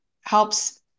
helps